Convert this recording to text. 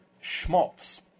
schmaltz